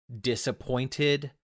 disappointed